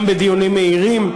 גם בדיונים מהירים.